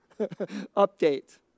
update